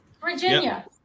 Virginia